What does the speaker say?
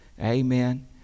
Amen